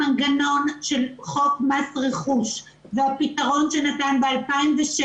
המנגנון של חוק מס רכוש זה הפתרון שניתן ב-2006,